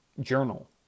journal